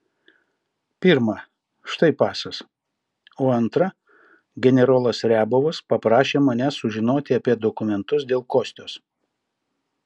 pirma štai pasas o antra generolas riabovas paprašė manęs sužinoti apie dokumentus dėl kostios